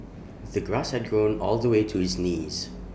the grass had grown all the way to his knees